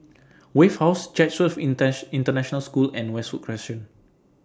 Wave House Chatsworth International School and Westwood Crescent